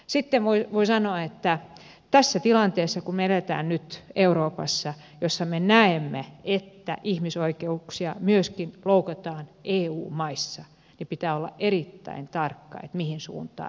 sitten voin sanoa että tässä tilanteessa kun me elämme euroopassa ja näemme että ihmisoikeuksia loukataan myöskin eu maissa pitää olla erittäin tarkka mihin suuntaan mennään